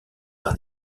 par